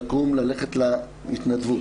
לקום ללכת להתנדבות.